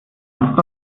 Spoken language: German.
sonst